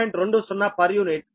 20 p